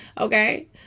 okay